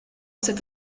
cet